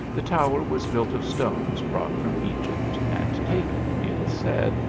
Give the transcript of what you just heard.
the tower was built of stones brought from egypt, and taken, it is said,